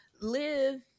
live